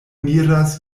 miras